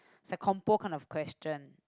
it's a compo kind of question